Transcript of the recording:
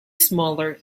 smaller